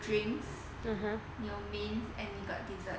drinks 有 mains and you got dessert